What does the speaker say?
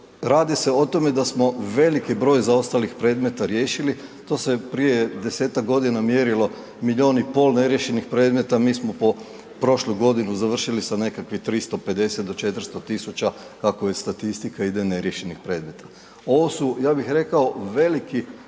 radi se o tome da smo veliki broj zaostalih predmeta riješili, to se prije 10-tak godina mjerilo milijun i pol neriješenih predmeta, mi smo prošlu godinu završili sa nekakvih 350 do 400 000 kako je statistika ide, neriješenih predmeta. Ovo su, ja bih rekao, veliki